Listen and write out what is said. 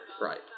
Right